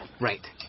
Right